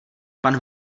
pan